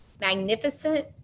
Magnificent